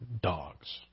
dogs